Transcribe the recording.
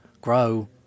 grow